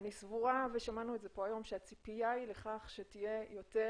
אני סבורה שהציפייה לכך שתהיה יותר